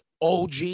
OG